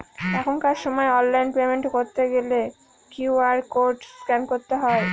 এখনকার সময় online payment করতে গেলে কিউ.আর কোড স্ক্যান করতে হয়